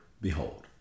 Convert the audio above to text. behold